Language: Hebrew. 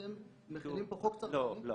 אתם מחילים פה חוק צרכני --- לא,